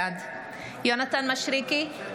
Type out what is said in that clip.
בעד יונתן מישרקי,